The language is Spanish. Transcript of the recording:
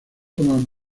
forman